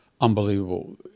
unbelievable